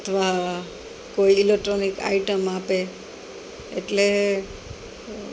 અથવા કોઈ electronic item આપે એટલે